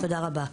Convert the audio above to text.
תודה רבה.